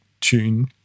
tune